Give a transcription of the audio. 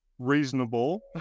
reasonable